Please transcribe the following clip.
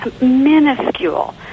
minuscule